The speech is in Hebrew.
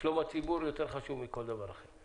שלום הציבור יותר חשוב מכל דבר אחר.